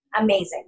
Amazing